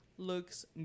Looks